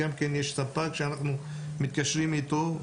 יש ספק שאנחנו מתקשרים איתו.